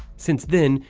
since then,